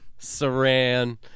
Saran